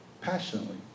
passionately